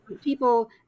People